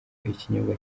ikinyobwa